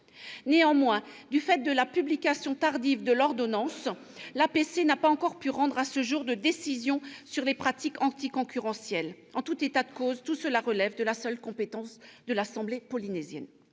Néanmoins, du fait de la publication tardive de l'ordonnance, l'APC n'a pas encore pu rendre, à ce jour, de décisions sur des pratiques anticoncurrentielles. En tout état de cause, tout cela relève de la seule compétence des autorités polynésiennes.